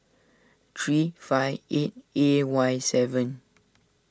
three five eight A Y seven